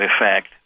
effect